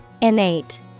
Innate